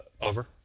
Over